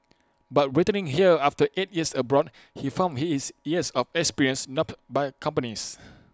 but returning here after eight years abroad he found his years of experience not by companies